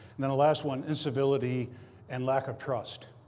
then the last one incivility and lack of trust.